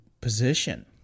position